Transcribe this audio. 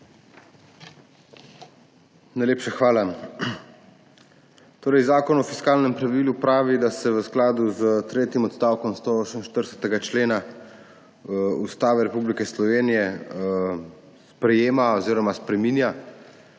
Najlepša hvala. Zakon o fiskalnem pravilu pravi, da se v skladu z tretjim odstavkom 148. člena Ustave Republike Slovenije spreminja